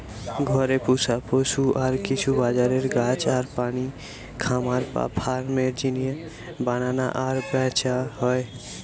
ঘরে পুশা পশু আর কিছু বাজারের গাছ আর প্রাণী খামার বা ফার্ম এর জিনে বানানা আর ব্যাচা হয়